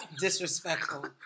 disrespectful